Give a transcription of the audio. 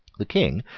the king,